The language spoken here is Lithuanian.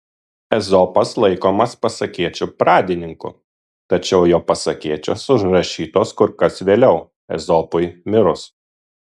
ezopas laikomas pasakėčių pradininku tačiau jo pasakėčios užrašytos kur kas vėliau ezopui mirus